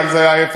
פה זה ההפך,